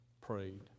prayed